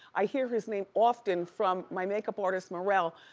i hear his name often from my makeup artist merrell.